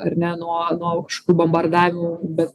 ar ne nuo nuo aukštų bombardavimų bet